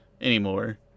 anymore